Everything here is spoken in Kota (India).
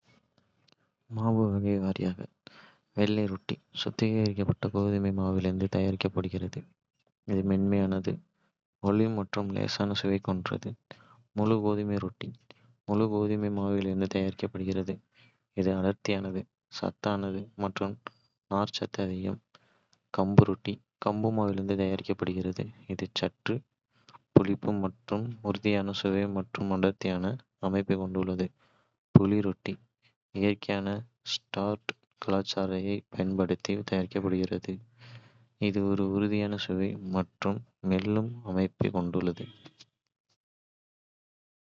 மாவு வகை வாரியாக. வெள்ளை ரொட்டி சுத்திகரிக்கப்பட்ட கோதுமை மாவிலிருந்து தயாரிக்கப்படுகிறது, இது மென்மையானது, ஒளி மற்றும் லேசான சுவை கொண்டது. முழு கோதுமை ரொட்டி: முழு கோதுமை மாவிலிருந்து தயாரிக்கப்படுகிறது, இது அடர்த்தியானது, சத்தானது மற்றும் நார்ச்சத்து அதிகம். கம்பு ரொட்டி கம்பு மாவிலிருந்து தயாரிக்கப்படுகிறது. இது சற்று புளிப்பு மற்றும் உறுதியான சுவை மற்றும் அடர்த்தியான அமைப்பைக் கொண்டுள்ளது. புளிப்பு ரொட்டி இயற்கையான ஸ்டார்டர் கலாச்சாரத்தைப் பயன்படுத்தி தயாரிக்கப்படுகிறது, இது ஒரு உறுதியான சுவை மற்றும். மெல்லும் அமைப்பைக் கொண்டுள்ளது.